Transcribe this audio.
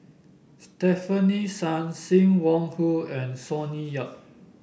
Stefanie Sun Sim Wong Hoo and Sonny Yap